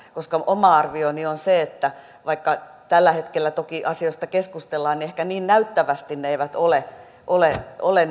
koska oma arvioni on se että vaikka tällä hetkellä toki asioista keskustellaan ehkä niin näyttävästi ne eivät ole ole